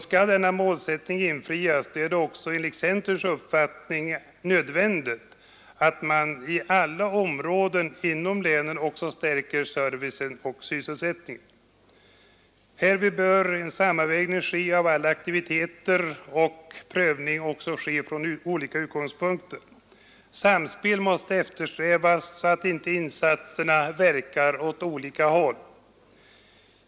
Skall denna målsättning infrias är det enligt centerns uppfattning nödvändigt att också på alla områden inom länet bevara och stärka servicen och utveckla näringslivet. Härvid bör en sammanvägning göras av alla aktiviteter och en prövning ske från olika utgångspunkter. Ett samspel måste eftersträvas så att insatserna inte verkar åt olika håll.